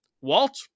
Walt